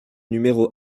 numéro